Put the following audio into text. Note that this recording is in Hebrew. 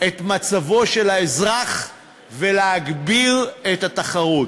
את מצבו של האזרח ולהגביר את התחרות.